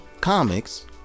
Comics